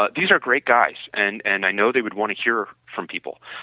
ah these are great guys and and i know they would want to hear from people.